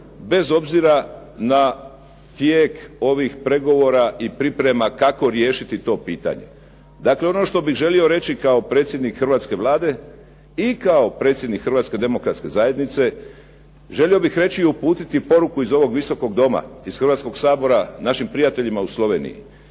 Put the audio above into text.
bez obzira na tijek ovih pregovora i priprema kako riješiti to pitanje. Dakle, ono što bih želio reći kao predsjednik hrvatske Vlade i kao predsjednik Hrvatske demokratske zajednice želio bih reći i uputiti poruku iz ovog Visokog doma, iz Hrvatskoga sabora našim prijateljima u Sloveniji